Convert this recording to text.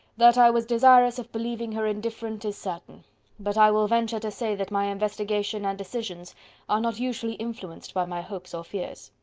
that i was desirous of believing her indifferent is certain but i will venture to say that my investigation and decisions are not usually influenced by my hopes or fears.